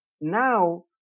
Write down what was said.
Now